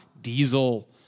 diesel